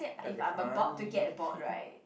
you think I very funny